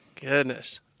Goodness